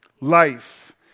life